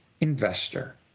Investor